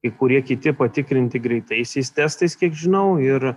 kai kurie kiti patikrinti greitaisiais testais kiek žinau ir